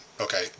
Okay